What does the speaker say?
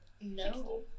No